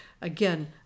Again